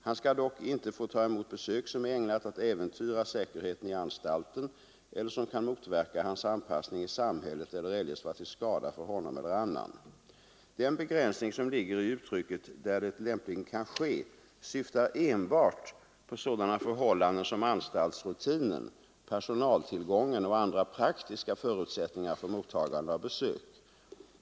Han skall dock inte få ta emot besök som är ägnat att äventyra säkerheten i anstalten eller som kan motverka hans anpassning i samhället eller eljest vara till skada för honom eller annan. Den begränsning som ligger i uttrycket ”där det lämpligen kan ske” syftar enbart på sådana förhållanden som anstaltsrutinen, personaltillgången och andra praktiska förutsättningar för mottagande av besök.